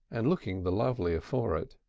and looking the lovelier for it.